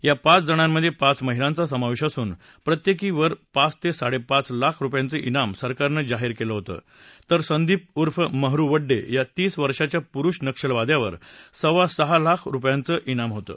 या पाच जणांमध्ये पाच महिलांचा समावेश असून प्रत्येकी वर पाच ते साडेपाच लाख रुपयांचं त्राम सरकारनं जाहीर केलं होतं तर संदीप उर्फ महरु वड्डे या तीस वर्षाच्या पुरुष नक्षलवाद्यावर सव्वा सहा लाख रुपयांचं ज्ञाम होतं